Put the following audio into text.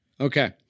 Okay